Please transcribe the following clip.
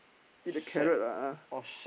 eat the carrot ah